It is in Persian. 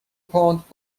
پوند